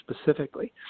specifically